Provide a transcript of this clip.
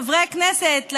לחברי הכנסת,